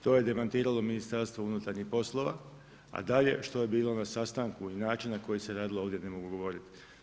To je demantiralo Ministarstvo unutarnjih poslova, a dalje što je bilo na sastanku i način na koji se radilo ovdje ne mogu govoriti.